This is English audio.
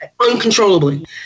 uncontrollably